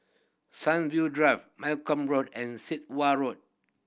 Sunview Drive Malcom Road and Sit Wah Road